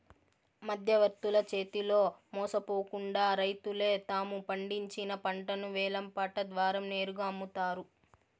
మధ్యవర్తుల చేతిలో మోసపోకుండా రైతులే తాము పండించిన పంటను వేలం పాట ద్వారా నేరుగా అమ్ముతారు